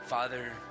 Father